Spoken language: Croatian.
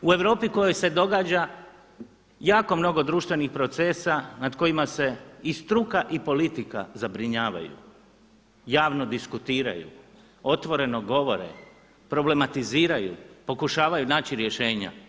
U Europi u kojoj se događa jako mnogo društvenih procesa nad kojima se i struka i politika zabrinjavaju, javno diskutiraju, otvoreno govore, problematiziraju, pokušavaju naći rješenja.